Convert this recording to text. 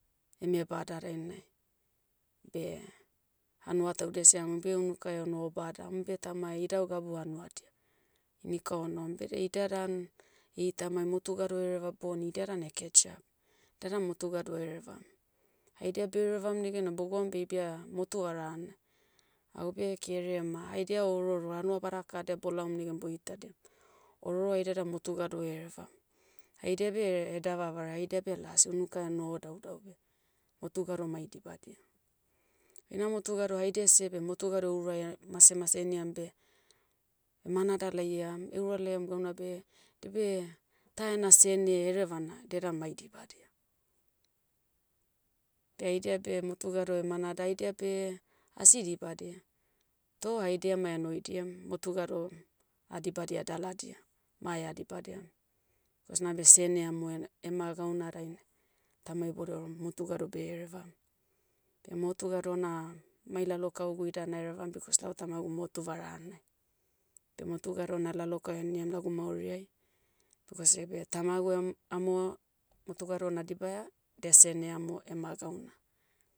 Eme bada dainai, beh, hanua taudia seh ehama beh unukai ono o bada umbeh tauma idau gabu hanuadia, inika onohom beda ida dan, eitamai motu gado hereva bona ida dan catch up. Da dan motu gado herevam. Haidia berevam negena bogam beh bia motu vara hana. Aube kerema haidia ororo hanua bada kahadia bolaom negan boitadiam. Ororo haidia da motu gado herevam. Haidia beh, hedava vare haida beh las unuka enoho daudau beh, motu gado mai dibadia. Heina motu gado haidia seh beh motu gado euraia masemase heniam beh, manada laia. Eura laiam gauna beh, dabe, ta ena sene erevana, dia dan mai dibadia. Beh idia beh motu gado emanada. Haidia beh, asi dibadia. Toh haidia ma enoidiam motu gado, hadibadia daladia. Ma eha dibadia. Kos nabe sene amo en- ema gauna dainai, tauma iboda ouram motu gado beherevam. Beh motu gado na, mai lalokaugu ida naerevam bikos lau tamagu motu varahanai. Beh motu gado na lalokau heniam lagu mauriai, bikos iebe tamagu em- amo, motu gado nadibaia, de sene amo ema gauna.